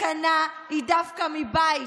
הסכנה היא דווקא מבית"